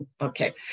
okay